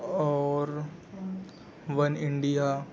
اور one India